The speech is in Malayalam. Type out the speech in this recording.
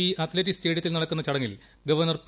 ഇ അത്ലറ്റിക് സ്റ്റേഡിയത്തിൽ നടക്കുന്ന ചടങ്ങിൽ ഗവർണർ പി